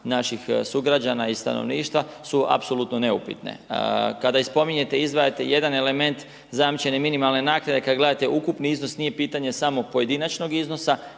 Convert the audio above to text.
naših sugrađana i stanovništva su apsolutno neupitne. Kada spominjete i izdvajate jedan element, zajamčene minimalne naknade, kada gledate ukupni iznos, nije pitanje samo pojedinačnog iznosa,